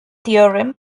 theorem